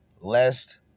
lest